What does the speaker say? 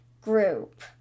group